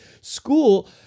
school